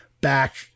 back